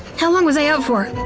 how long was i out for? that